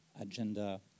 agenda